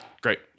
Great